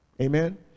Amen